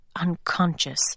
unconscious